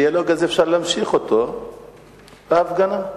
אפשר להמשיך את הדיאלוג הזה בהפגנה.